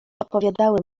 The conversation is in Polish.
opowiadały